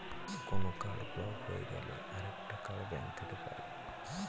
কোনো card block হতে গেলে আরেকটা কার্ড ব্যাঙ্ক থেকে পাই